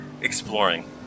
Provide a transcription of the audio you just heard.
exploring